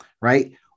right